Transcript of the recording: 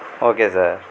okay sir